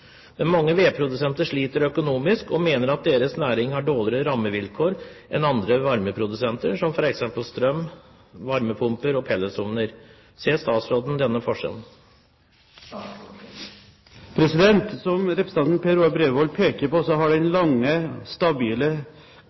Men mange vedprodusenter sliter økonomisk og mener at deres næring har dårligere rammevilkår enn andre varmeprodusenter, som f.eks. strøm, varmepumper og pelletsovner. Ser statsråden denne forskjellen?» Som representanten Per Roar Bredvold peker på, har den lange, stabile,